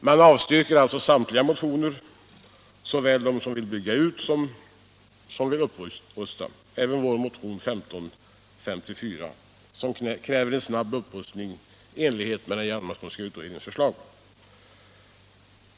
Man avstyrker alltså samtliga motioner — såväl dem där det föreslås utbyggnad som dem där det föreslås upprustning. Det gäller även vår motion 1554, där vi kräver en snabb upprustning i enlighet med den Hjalmarsonska utredningens förslag.